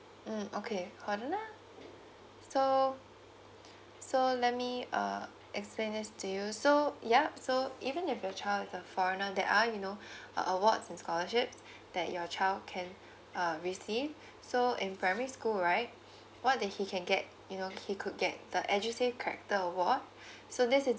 mm okay hold on ah so so let me uh explain this to you so yup so even if your child is a foreigner there are you know uh awards and scholarships that your child can uh receive so in primary school right what that he can get you know he could get the edusave character award so this is